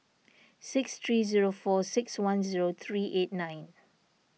six three zero four six one zero three eight nine